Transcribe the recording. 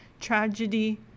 tragedy